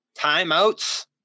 timeouts